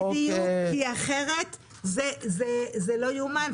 בדיוק, כי אחרת זה לא ייאמן.